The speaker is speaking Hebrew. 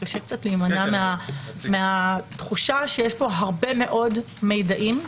קשה קצת להימנע מהתחושה שיש פה הרבה מאוד מידעים,